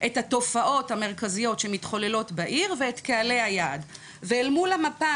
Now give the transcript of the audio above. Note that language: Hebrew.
את התופעות המרכזיות שמתחוללות בעיר ואת קהלי היעד ואל מול המפה